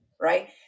Right